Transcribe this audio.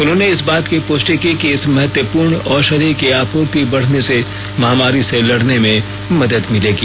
उन्होंने इस बात की प्रष्टि की कि इस महत्वनपूर्ण औषधि की आपूर्ति बढने से महामारी से लड़ने में मदद मिलेगी